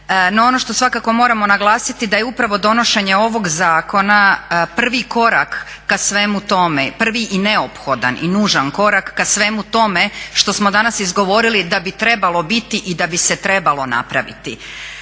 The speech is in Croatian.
ono što svakako moramo naglasiti da je upravo donošenje ovog zakona prvi korak k svemu tome, prvi i neophodan korak k svemu tome što smo danas izgovorili da bi trebalo biti i da bi se trebalo napraviti.